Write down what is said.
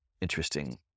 interesting